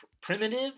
Primitive